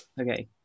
Okay